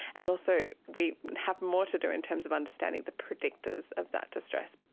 and also we have more to do in terms of understanding the predictors of that distress.